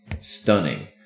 stunning